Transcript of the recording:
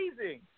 amazing